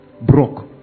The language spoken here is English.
broke